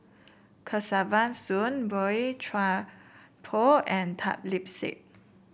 Kesavan Soon Boey Chuan Poh and Tan Lip Seng